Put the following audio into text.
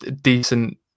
decent